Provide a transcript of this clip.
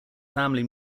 family